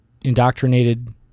indoctrinated